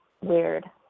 weird